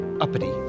uppity